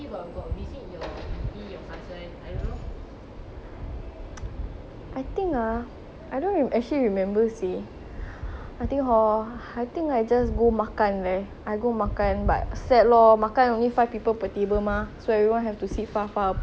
I think ah I don't actually remember seh I think hor !wah! I think I just go makan man I go makan but sad lor makan only five people per table mah so everyone have to sit far far apart like now also you want go makan see everybody also sit so far apart